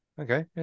okay